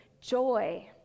joy